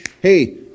hey